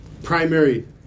primary